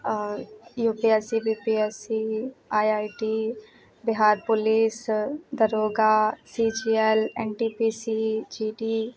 U P S C B P S C I I T Bihar police दरोगा C G L N T P C G D